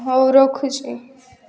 ହଉ ରଖୁଛି